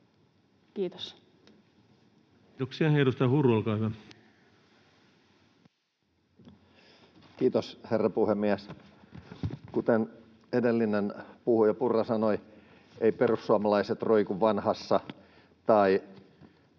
hyvä. Kiitos, herra puhemies! Kuten edellinen puhuja Purra sanoi, eivät perussuomalaiset roiku vanhassa tai